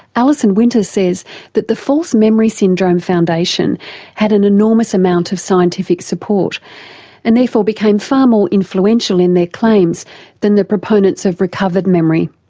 alison winter says that the false memory syndrome foundation had an enormous amount of scientific support and therefore became far more influential in their claims than the proponents of recovered memory.